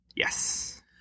Yes